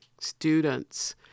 students